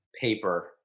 paper